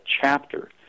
chapter